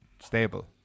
stable